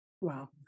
Wow